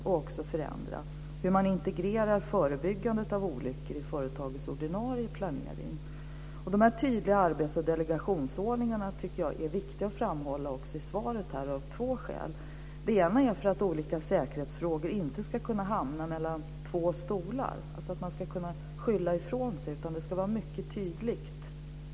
Det gäller bl.a. hur man integrerar förebyggandet av olyckor i företagets ordinarie planering. Som jag sade i svaret är det viktigt att framhålla de tydliga arbets och delegationsordningarna av två skäl. Det ena för att olika säkerhetsfrågor inte ska hamna mellan två stolar. Man ska inte kunna skylla ifrån sig, utan ansvarsfördelningen ska framgå mycket tydligt.